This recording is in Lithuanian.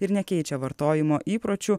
ir nekeičia vartojimo įpročių